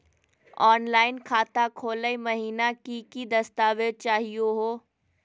Online खाता खोलै महिना की की दस्तावेज चाहीयो हो?